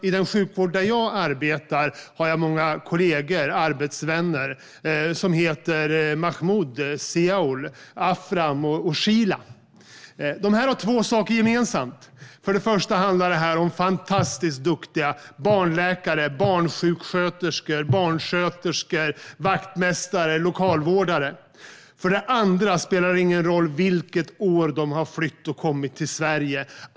I den sjukvård där jag arbetar har jag många kollegor, arbetsvänner, som heter till exempel Mahmud, Ziaul, Akram och Sheela. De har två saker gemensamt. För det första är de fantastiskt duktiga barnläkare, barnsjuksköterskor, barnsköterskor, vaktmästare och lokalvårdare. För det andra spelar det ingen roll vilket år de har flytt och kommit till Sverige.